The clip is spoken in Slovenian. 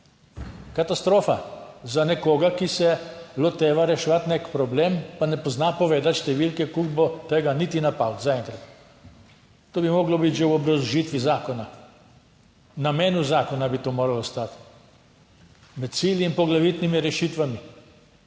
Katastrofa za nekoga, ki se loteva reševati nek problem, pa ne pozna povedati številke koliko bo tega, niti na palec zaenkrat. To bi moralo biti že v obrazložitvi zakona, v namenu zakona bi to moralo ostati med cilji in poglavitnimi rešitvami.